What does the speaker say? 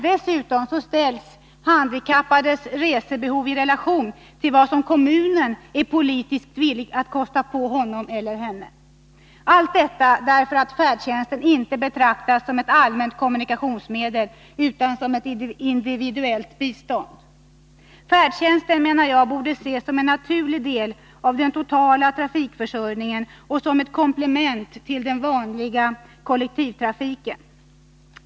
Dessutom ställs sedan en handikappads resbehov i relation till vad kommunen är politiskt villig att kosta på honom eller henne. Allt detta sker därför att färdtjänsten inte betraktas som ett allmänt kommunikationsmedel utan som ett individuellt bistånd. Men färdtjänsten borde ses som en naturlig del av den totala trafikförsörjningen och som ett komplement till den vanliga kollektivtrafiken.